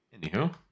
Anywho